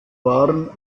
waren